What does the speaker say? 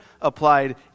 applied